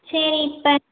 சரி இப்போ